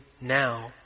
now